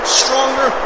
stronger